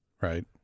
Right